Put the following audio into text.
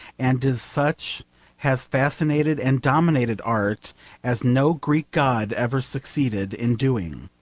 and as such has fascinated and dominated art as no greek god ever succeeded in doing.